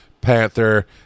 Panther